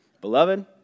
Beloved